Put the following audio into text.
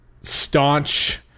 staunch